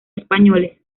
españoles